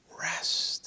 Rest